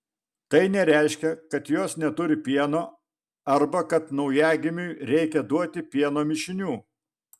tai nereiškia kad jos neturi pieno arba kad naujagimiui reikia duoti pieno mišinių